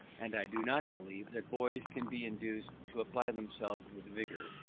and i do not believe that boys can be induced to apply themselves with vigour,